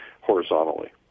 horizontally